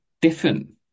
different